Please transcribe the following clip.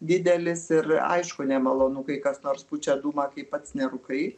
didelis ir aišku nemalonu kai kas nors pučia dūmą kai pats nerūkai